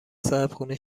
صاحبخونه